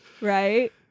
right